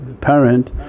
parent